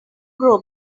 grow